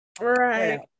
Right